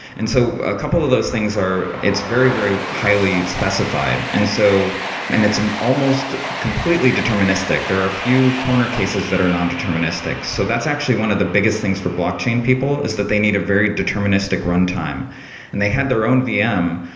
and so a couple of those things are, it's very, very highly specified and so and it's almost completely deterministic. there are few corner cases that are nondeterministic. so that's actually one of the biggest things for blockchain people, is that they need a very deterministic runtime and they had their own vm,